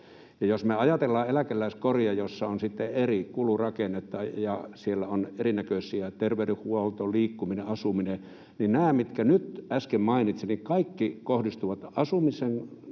me ajattelemme eläkeläiskoria, jossa on sitten eri kulurakennetta, ja siellä on erinäköisiä asioita — terveydenhuolto, liikkuminen, asuminen — niin nämä kaikki, mitkä nyt äsken mainitsin, kohdistuvat asumisen